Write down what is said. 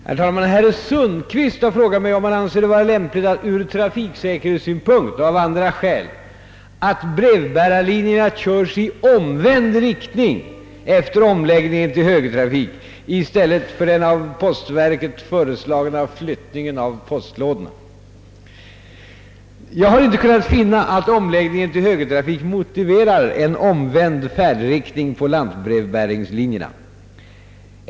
Herr talman! Herr Sundkvist har frågat mig, om jag anser det vara lämpligt ur trafiksäkerhetssynpunkt och av andra skäl att brevbärarlinjerna körs i omvänd riktning efter omläggningen till högertrafik i stället för den av postverket föreslagna flyttningen av postlådorna. Jag har inte kunnat finna att omläggningen till högertrafik motiverar en omvänd färdriktning på lantbrevbäringslinjerna.